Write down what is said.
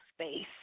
space